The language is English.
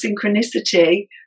synchronicity